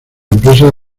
empresa